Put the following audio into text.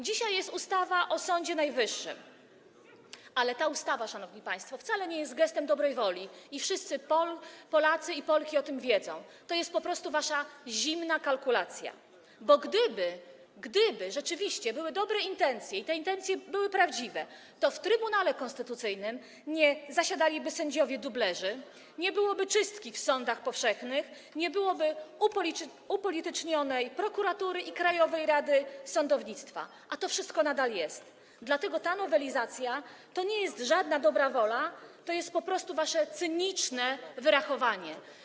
Dzisiaj jest ustawa o Sądzie Najwyższym, ale ta ustawa, szanowni państwo, wcale nie jest gestem dobrem woli i wszyscy Polacy i Polki o tym wiedzą, to jest po prostu wasza zimna kalkulacja, bo gdyby rzeczywiście były dobre intencje i te intencje były prawdziwe, to w Trybunale Konstytucyjnym nie zasiadaliby sędziowie dublerzy, nie byłoby czystki w sądach powszechnych, nie byłoby upolitycznionej prokuratury i Krajowej Rady Sądownictwa, a to wszystko nadal jest, dlatego ta nowelizacja to nie jest żadna dobra wola, to jest po prostu wasze cyniczne wyrachowanie.